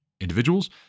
individuals